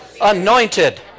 anointed